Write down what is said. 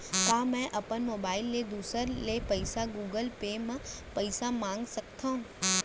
का मैं अपन मोबाइल ले दूसर ले पइसा गूगल पे म पइसा मंगा सकथव?